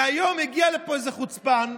והיום הגיע לפה איזה חוצפן,